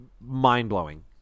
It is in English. mind-blowing